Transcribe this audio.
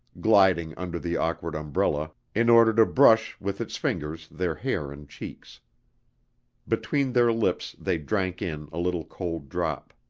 gliding under the awkward umbrella in order to brush with its fingers their hair and cheeks between their lips they drank in a little cold drop.